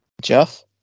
Jeff